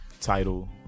Title